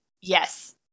Yes